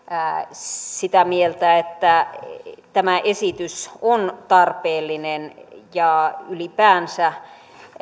sitä mieltä että tämä esitys on tarpeellinen ja ylipäänsä